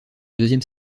deuxième